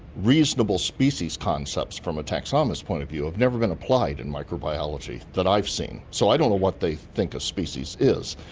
reasonable species concepts from a taxonomist point of view have never been applied in microbiology that i've seen, so i don't know what they think a species is.